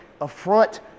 affront